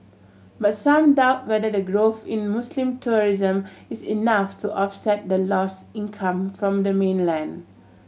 but some doubt whether the growth in Muslim tourism is enough to offset the lost income from the mainland